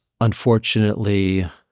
unfortunately